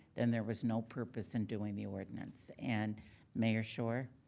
then there was no purpose in doing the ordinance. and mayor schor.